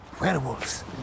Werewolves